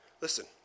Listen